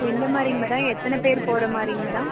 எந்த மாதிரிங்க மேடம் எத்தனை பேர் போகிற மாதிரிங்க மேடம்